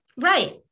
Right